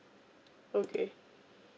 okay